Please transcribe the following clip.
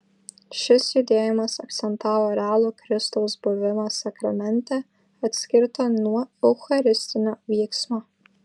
šis judėjimas akcentavo realų kristaus buvimą sakramente atskirtą nuo eucharistinio vyksmo